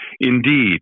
Indeed